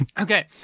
Okay